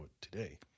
today